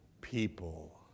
people